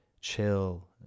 chill